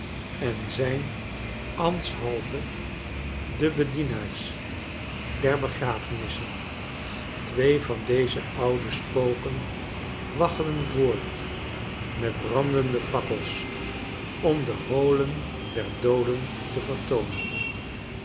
enzijnambtshalve de bedienaars der begrafenissen twee van deze oude spoken waggelen voort met brandende fakkels om de holen der dooden te vertoonen